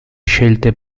scelte